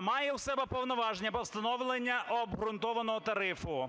має в себе повноваження по встановленню обґрунтованого тарифу.